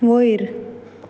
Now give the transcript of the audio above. वयर